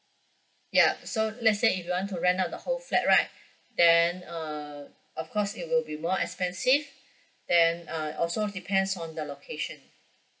yup so let's say if you want to rent out the whole flat right then err of course it will be more expensive then uh also depends on the location